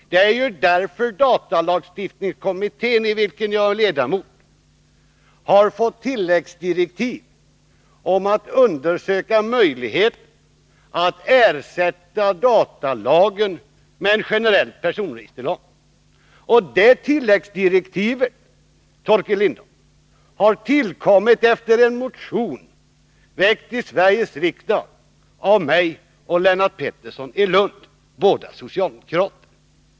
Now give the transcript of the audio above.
Det är ju därför som datalagstiftnings kommittén, i vilken jag är ledamot, har fått tilläggsdirektiv om att undersöka möjligheterna att ersätta datalagen med en generell personregisterlag. Tilläggsdirektiven, Torkel Lindahl, har tillkommit efter en motion, väckt i Sveriges riksdag av Lennart Pettersson i Lund och mig, båda socialdemokrater.